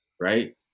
right